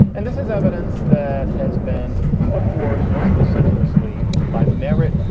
and this is evidence that has been put forth most vociferously by merit,